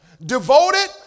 devoted